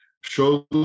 show